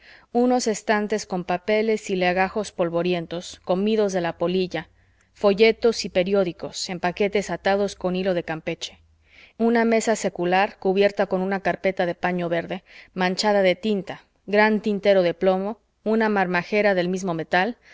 unos estantes con papeles y legajos polvorientos comidos de la polilla folletos y periódicos en paquetes atados con hilo de campeche una mesa secular cubierta con una carpeta de paño verde manchada de tinta gran tintero de plomo una marmajera del mismo metal